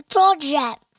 Project